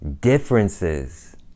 differences